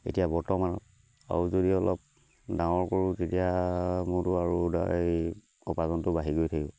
এতিয়া বৰ্তমান আৰু যদি অলপ ডাঙৰ কৰোঁ তেতিয়া মোৰতো আৰু এই উপাৰ্জনটো বাঢ়ি গৈ থাকিব